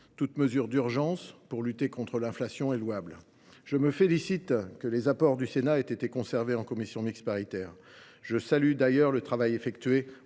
Toute mesure d’urgence pour lutter contre l’inflation est donc louable. Je me félicite que les apports du Sénat aient été conservés par la commission mixte paritaire. Je salue d’ailleurs le travail accompli